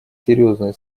серьезные